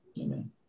Amen